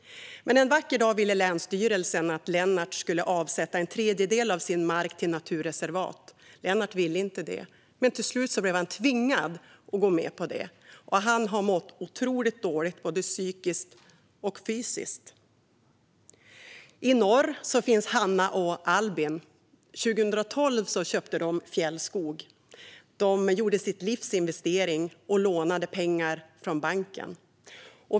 Men en vacker dag ville länsstyrelsen att Lennart skulle avsätta en tredjedel av sin mark till naturreservat. Lennart ville inte det, men till slut blev han tvingad att gå med på det. Han har mått otroligt dåligt både psykiskt och fysiskt. I norr finns Hanna och Albin. År 2012 köpte de fjällskog. De gjorde sitt livs investering och lånade pengar från banken.